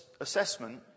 assessment